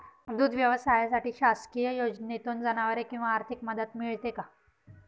दूध व्यवसायासाठी शासकीय योजनेतून जनावरे किंवा आर्थिक मदत मिळते का?